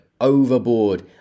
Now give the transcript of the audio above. overboard